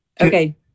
Okay